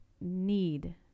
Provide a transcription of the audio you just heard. need